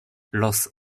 los